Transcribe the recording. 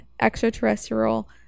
extraterrestrial